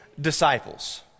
disciples